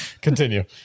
Continue